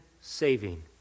saving